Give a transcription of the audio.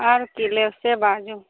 आओर कि लेब से बाजू